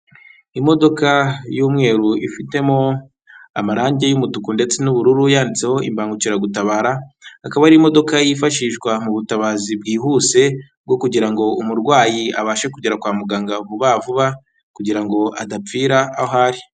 Imodoka y'umweru, ifitemo amarangi y'umutuku ndetse n'ubururu, yanditseho imbangukiragutabara, akaba ari imodoka yifashishwa mu butabazi bwihuse bwo kugirango umurwayi abashe kugera kwa muganga vuba vuba, kugira ngo adapfira aho ari.